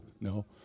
no